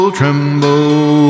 tremble